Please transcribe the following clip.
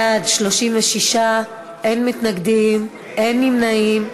בעד 36, אין מתנגדים, אין נמנעים.